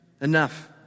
Enough